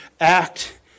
act